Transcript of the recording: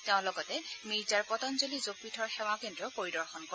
তেওঁ লগতে মিৰ্জাৰ পতঞ্জলি যোগপীঠৰ সেৱা কেন্দ্ৰও পৰিদৰ্শন কৰে